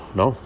no